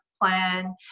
plan